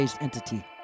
entity